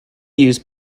use